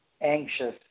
anxious